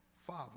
father